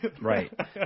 Right